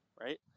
right